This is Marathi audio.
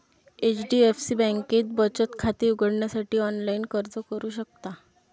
एच.डी.एफ.सी बँकेत बचत खाते उघडण्यासाठी ऑनलाइन अर्ज करू शकता